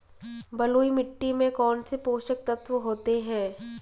बलुई मिट्टी में कौनसे पोषक तत्व होते हैं?